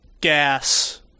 gas